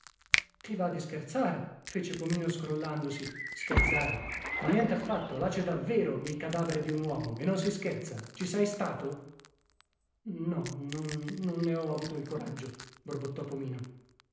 ti va di scherzare fece pomino scrollandosi scherzare ma nientaffatto là cè davvero il cadavere di un uomo e non si scherza ci sei stato no non non ne ho avuto il coraggio